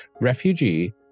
refugee